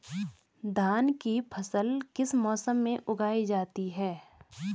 धान की फसल किस मौसम में उगाई जाती है?